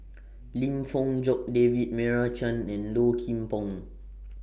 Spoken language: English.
Lim Fong Jock David Meira Chand and Low Kim Pong